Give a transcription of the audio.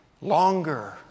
longer